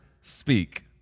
speak